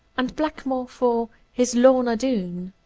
and blackmore for his lorna doone.